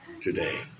today